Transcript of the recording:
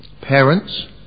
Parents